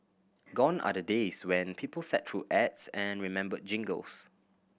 gone are the days when people sat through ads and remembered jingles